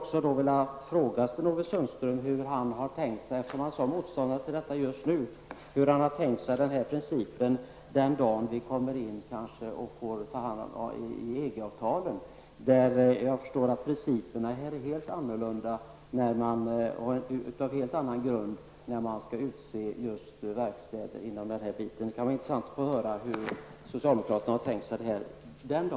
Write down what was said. Jag vill fråga Sten-Ove Sundström, som just nu är motståndare till den här principen, hur han har tänkt sig det hela den dag vi får ett EG-avtal. Såvitt jag förstår är principerna när det gäller att utse verkstäder för efterkontroll helt annorlunda inom EG. Det vore intressant att få socialdemokratins syn på detta.